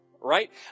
right